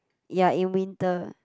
ya in winter